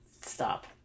stop